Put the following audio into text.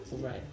Right